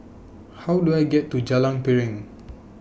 How Do I get to Jalan Piring